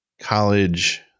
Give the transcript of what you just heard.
college